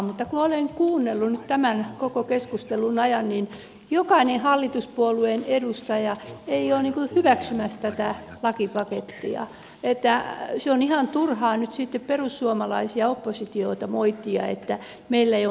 mutta kun olen kuunnellut nyt tämän koko keskustelun ajan niin jokainen hallituspuolueen edustaja ei ole hyväksymässä tätä lakipakettia joten se on ihan turhaa nyt sitten perussuomalaisia ja oppositiota moittia että meillä ei ole mitään antamista